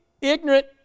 ignorant